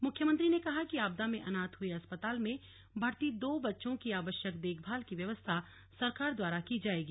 मुख्यमंत्री ने कहा कि आपदा में अनाथ हुए अस्पताल में भर्ती दो बच्चों की आवश्यक देखभाल की व्यवस्था सरकार द्वारा की जायेगी